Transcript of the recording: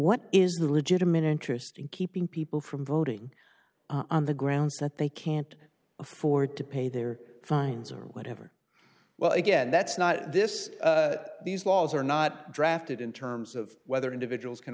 what is the legitimate interest in keeping people from voting on the grounds that they can't afford to pay their fines or whatever well again that's not this these laws are not drafted in terms of whether individuals can